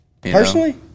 Personally